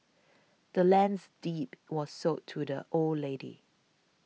the land's deed was sold to the old lady